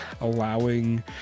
allowing